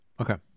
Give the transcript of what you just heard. Okay